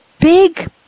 big